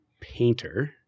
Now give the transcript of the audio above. painter